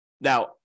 Now